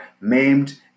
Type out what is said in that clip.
maimed